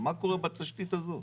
מה קורה בתשתית הזאת?